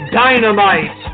dynamite